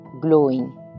glowing